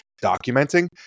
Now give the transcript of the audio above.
documenting